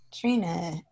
Trina